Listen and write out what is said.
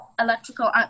electrical